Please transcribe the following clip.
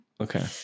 Okay